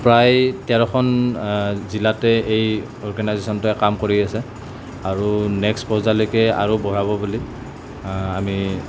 প্ৰায় তেৰখন জিলাতে এই অৰ্গেনাইজেচনটোৱে কাম কৰি আছে আৰু নেক্সট পৰ্যায়লৈকে আৰু বঢ়াব বুলি আমি